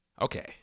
Okay